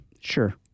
Sure